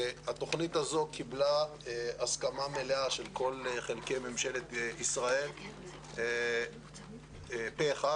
התוכנית הזו קיבלה הסכמה מלאה של כל חלקי ממשלת ישראל פה אחד.